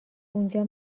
اونجا